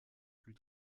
plus